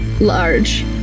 large